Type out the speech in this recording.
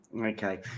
Okay